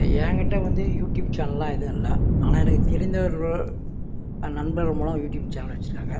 எங்கிட்ட வந்து யூடியூப் சேனல்லாம் எதுவும் இல்லை ஆனால் எனக்கு தெரிந்தவர்கள் நண்பர்கள் மூலம் யூடியூப் சேனல் வச்சிருக்காங்க